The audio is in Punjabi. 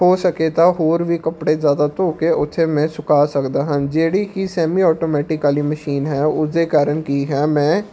ਹੋ ਸਕੇ ਤਾਂ ਹੋਰ ਵੀ ਕੱਪੜੇ ਜ਼ਿਆਦਾ ਧੋ ਕੇ ਉੱਥੇ ਮੈਂ ਸੁਕਾ ਸਕਦਾ ਹਾਂ ਜਿਹੜੀ ਕਿ ਸੈਮੀ ਆਟੋਮੈਟੀਕਲੀ ਮਸ਼ੀਨ ਹੈ ਉਸਦੇ ਕਾਰਨ ਕੀ ਹੈ ਮੈਂ